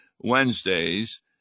Wednesdays